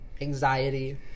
anxiety